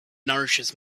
nourishes